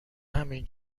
همین